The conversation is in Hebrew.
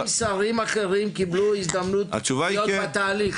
האם שרים אחרים קיבלו הזדמנות להיות בתהליך?